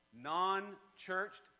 non-churched